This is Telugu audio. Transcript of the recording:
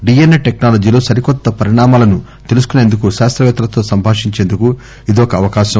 డిఎన్ఏ టెక్సాలజీలో సరికొత్త పరిణామాలను తెలుసుకునేందుకు శాస్తవేత్తలతో సంభాషించేందుకు ఇదొక అవకాశం